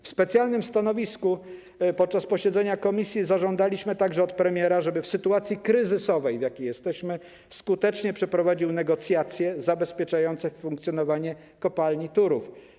W specjalnym stanowisku podczas posiedzenia komisji zażądaliśmy także od premiera, żeby w sytuacji kryzysowej, w jakiej jesteśmy, skutecznie przeprowadził negocjacje zabezpieczające funkcjonowanie kopalni Turów.